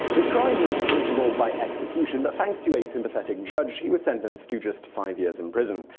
his crime was punishable by execution, but thanks to a sympathetic judge he was sentenced to just five years in prison.